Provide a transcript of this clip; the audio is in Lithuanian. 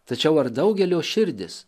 tačiau ar daugelio širdis